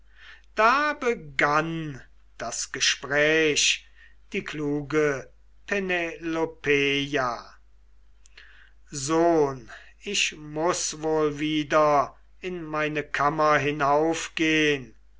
da begann das gespräch die kluge penelopeia sohn ich muß wohl wieder in meine kammer hinaufgehn